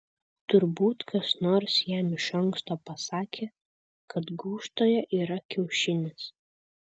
turbūt kas nors jam iš anksto pasakė kad gūžtoje yra kiaušinis